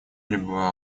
либо